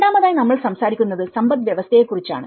രണ്ടാമതായി നമ്മൾ സംസാരിക്കുന്നത് സമ്പദ്വ്യവസ്ഥയെ ക്കുറിച്ചാണ്